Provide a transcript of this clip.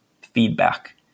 feedback